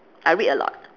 I read a lot